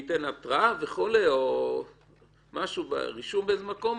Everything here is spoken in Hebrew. ייתן התראה או רישום באיזשהו מקום,